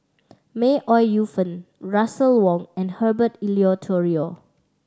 May Ooi Yu Fen Russel Wong and Herbert Eleuterio